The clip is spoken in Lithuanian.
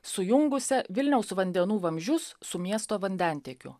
sujungusią vilniaus vandenų vamzdžius su miesto vandentiekiu